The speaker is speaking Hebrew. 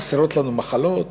חסרות לנו מחלות,